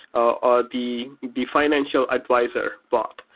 ah the the financial advisor bot.